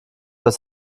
das